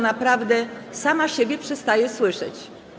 Naprawdę sama siebie przestaje słyszeć.